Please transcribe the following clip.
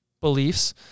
beliefs